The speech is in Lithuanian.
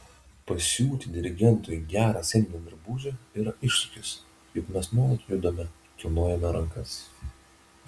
pasiūti dirigentui gerą sceninį drabužį yra iššūkis juk mes nuolat judame kilnojame rankas